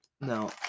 No